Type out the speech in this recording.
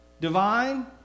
Divine